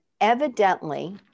evidently